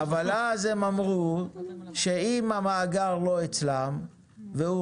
אבל אז הם אמרו שאם המאגר לא אצלם והוא